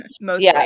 Mostly